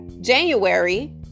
January